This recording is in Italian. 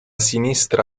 sinistra